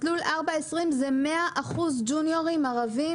מסלול 4.20 זה 100% ג'וניורים ערבים,